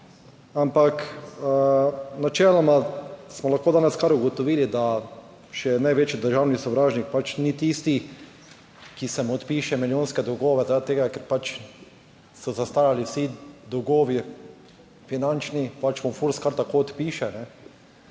ampak načeloma smo lahko danes kar ugotovili, da še največji državni sovražnik ni tisti, ki se mu odpiše milijonske dolgove zaradi tega, ker so zastarali vsi dolgovi, finančni, mu FURS kar tako odpiše,